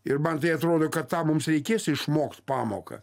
ir man tai atrodo kad tą mums reikės išmokt pamoką